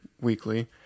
weekly